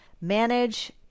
manage